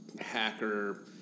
hacker